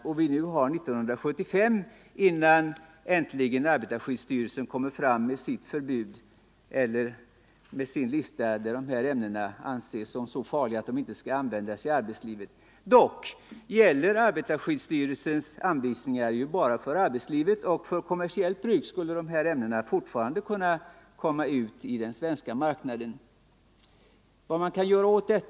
Genom brister i vårt eget skyddssystem dröjer det till den 1 januari 1975 innan det förbud som arbetarskyddsstyrelsen nu utfärdat träder i kraft. Dock gäller arbetarskyddsstyrelsens anvisningar bara för arbetslivet, och dessa ämnen skulle fortfarande kunna komma ut på den svenska marknaden via handeln även efter denna tidpunkt.